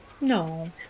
No